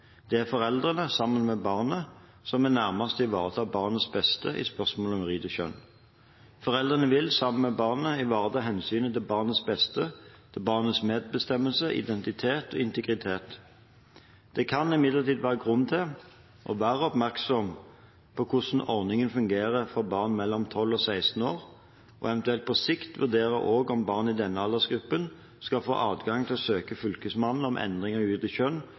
Det er foreldrene, sammen med barnet, som er nærmest til å ivareta barnets beste i spørsmålet om juridisk kjønn. Foreldrene vil, sammen med barnet, ivareta hensynet til barnets beste, til barnets medbestemmelse, identitet og integritet. Det kan imidlertid være grunn til å være oppmerksom på hvordan ordningen fungerer for barn mellom 12 og 16 år, og eventuelt på sikt vurdere også om barn i denne aldersgruppen skal få adgang til å søke Fylkesmannen om endring av juridisk kjønn,